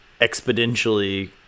exponentially